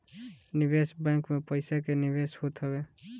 निवेश बैंक में पईसा के निवेश होत हवे